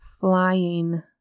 flying